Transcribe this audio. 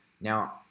Now